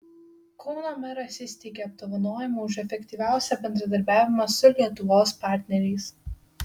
kauno meras įsteigė apdovanojimą už efektyviausią bendradarbiavimą su lietuvos partneriais